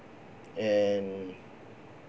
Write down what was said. and